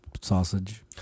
sausage